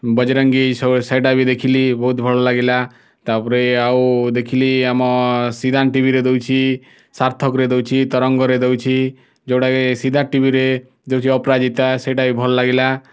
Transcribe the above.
Bajrangi so ସେଇଟା ବି ଦେଖିଲି ବହୁତ ଭଲ ଲାଗିଲା ତା'ପରେ ଆଉ ଦେଖିଲି ଆମ ସୀରାମ ଟିଭିରେ ଦେଉଛି ସାର୍ଥକରେ ଦେଉଛି ତରଙ୍ଗରେ ଦେଉଛି ଯେଉଁଟା କି ସିଦ୍ଧାର୍ଥ ଟିଭିରେ ଦେଉଛି ଅପରାଜିତା ସେଇଟା ବି ଭଲ ଲାଗିଲା